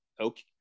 okay